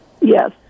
Yes